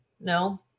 No